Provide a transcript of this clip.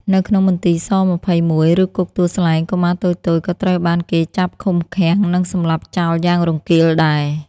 នៅក្នុងមន្ទីរស-២១ ឬ គុកទួលស្លែង កុមារតូចៗក៏ត្រូវបានគេចាប់ឃុំឃាំង និងសម្លាប់ចោលយ៉ាងរង្គាលដែរ។